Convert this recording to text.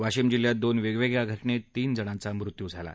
वाशिम जिल्ह्यात दोन वेगवेगळ्या घटनेत तीन जणांचा मृत्यू झाला आहे